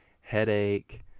headache